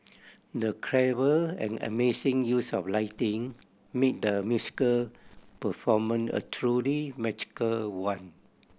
the clever and amazing use of lighting made the musical performance a truly magical one